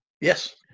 Yes